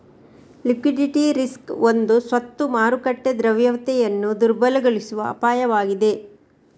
liquidity risk ಒಂದು ಸ್ವತ್ತು ಮಾರುಕಟ್ಟೆ ದ್ರವ್ಯತೆಯನ್ನು ದುರ್ಬಲಗೊಳಿಸುವ ಅಪಾಯವಾಗಿದೆ